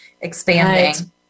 expanding